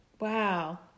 Wow